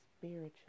spiritual